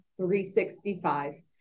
365